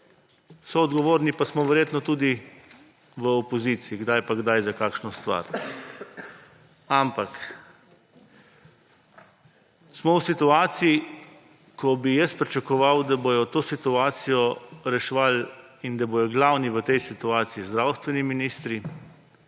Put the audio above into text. Soodgovorni pa smo – verjetno – tudi v opoziciji kdaj pa kdaj za kakšno stvar. Ampak smo v situaciji, ko bi pričakoval, da bojo to situacijo reševali in da bojo glavni v tej situaciji zdravstveni minister,